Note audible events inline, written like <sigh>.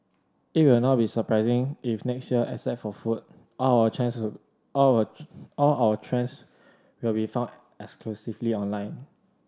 it will not be surprising if next year except for food all our <unintelligible> all our all our trends will be found exclusively online